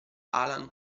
alan